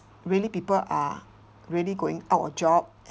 really people are really going out of job